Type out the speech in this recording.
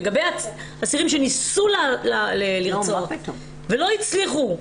לגבי אסירים שניסו לרצוח ולא הצליחו,